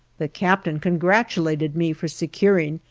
the captain congratulated me for securing,